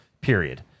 period